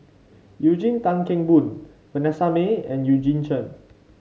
Eugene Tan Kheng Boon Vanessa Mae and Eugene Chen